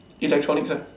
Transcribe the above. electronics ah